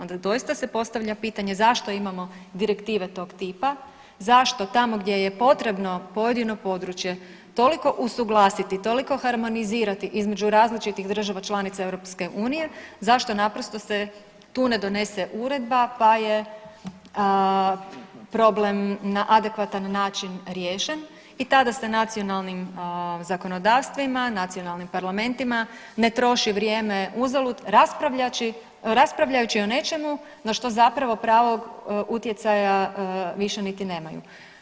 Onda doista se postavlja pitanje zašto imamo direktive tog tipa, zašto tamo gdje je potrebno pojedino područje toliko usuglasiti, toliko harmonizirati između različitih država članica EU zašto naprosto se tu ne donese uredba, pa je problem na adekvatan način riješen i tada se nacionalnim zakonodavstvima, nacionalnim parlamentima ne troši vrijeme uzalud raspravljajući o nečemu na što zapravo pravog utjecaja više niti nemaju.